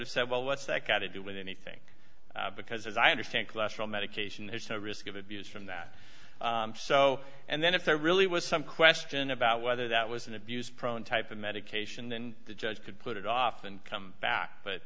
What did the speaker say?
have said well what's that got to do with anything because as i understand cholesterol medication there's no risk of abuse from that so and then if there really was some question about whether that was an abuse prone type of medication then the judge could put it off and come back but